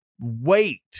wait